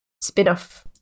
spin-off